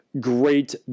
great